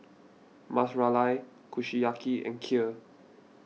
Ras Malai Kushiyaki and Kheer